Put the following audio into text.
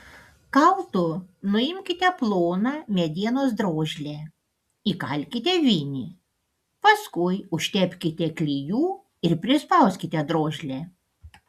kaltu nuimkite ploną medienos drožlę įkalkite vinį paskui užtepkite klijų ir prispauskite drožlę